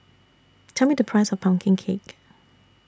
Tell Me The Price of Pumpkin Cake